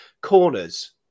corners